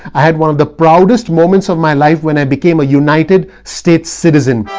i had one of the proudest moments of my life when i became a united states citizen.